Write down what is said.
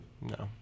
No